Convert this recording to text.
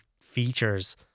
features